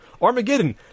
Armageddon